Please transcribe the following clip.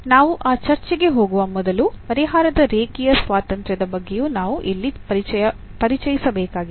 ನಾವು ಆ ಚರ್ಚೆಗೆ ಹೋಗುವ ಮೊದಲು ಪರಿಹಾರದ ರೇಖೀಯ ಸ್ವಾತಂತ್ರ್ಯದ ಬಗ್ಗೆಯೂ ನಾವು ಇಲ್ಲಿ ಪರಿಚಯಿಸಬೇಕಾಗಿದೆ